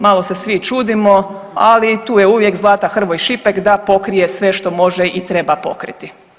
Malo se svi čudimo, ali i tu je uvijek Zlata Hrvoj-Šipek da pokrije sve što može i treba pokriti.